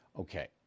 Okay